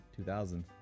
2000